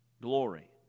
Glory